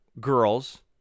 girls